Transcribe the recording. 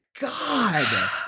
god